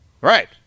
Right